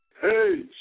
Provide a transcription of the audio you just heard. Hey